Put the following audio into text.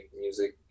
music